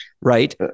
Right